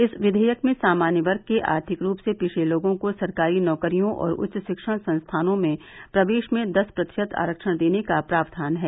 इस विधेयक में सामान्य वर्ग के आर्थिक रूप से पिछड़े लोगों को सरकारी नौकरियों और उच्च शिक्षण संस्थानों में प्रवेश में दस प्रतिशत आरक्षण देने का प्रावधान है